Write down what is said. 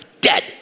dead